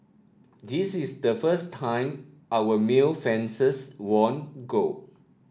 this is the first time our male fencers won gold